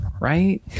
right